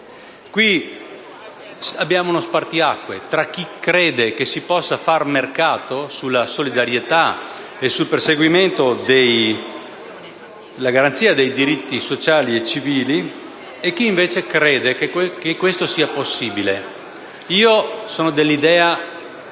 Qui abbiamo uno spartiacque tra chi crede che si possa fare mercato della solidarietà e del perseguimento della garanzia dei diritti sociali e civili e chi invece ritiene che ciò non sia possibile. Io sono dell'idea